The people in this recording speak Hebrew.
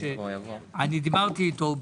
דיברתי איתו.